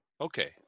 Okay